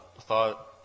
thought